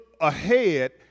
ahead